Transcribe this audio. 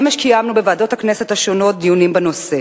אמש קיימנו בוועדות הכנסת השונות דיונים בנושא,